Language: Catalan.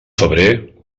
febrer